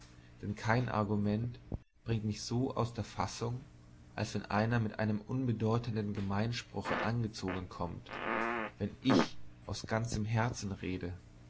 denn kein argument bringt mich so aus der fessung als wenn einer mit einem unbedeutenden gemeinspruche angezogen kommt wenn ich aus ganzem herzen rede